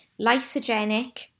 lysogenic